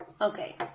Okay